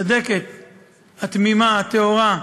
הצדקת, התמימה, הטהורה,